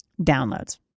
downloads